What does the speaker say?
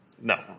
No